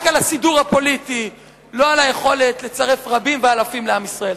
רק על הסידור הפוליטי ולא על היכולת לצרף רבים ואלפים לעם ישראל.